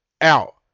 out